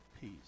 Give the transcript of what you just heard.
Peace